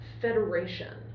federation